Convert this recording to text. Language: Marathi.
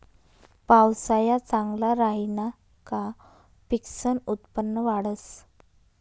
पावसाया चांगला राहिना का पिकसनं उत्पन्न वाढंस